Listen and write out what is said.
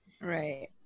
Right